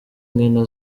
nkino